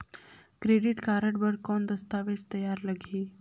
Credit card बर कौन दस्तावेज तैयार लगही?